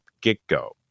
get-go